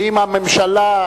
ואם הממשלה,